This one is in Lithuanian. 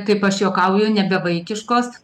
kaip aš juokauju nebe vaikiškos